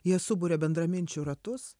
jie suburia bendraminčių ratus